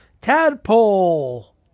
Tadpole